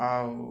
ଆଉ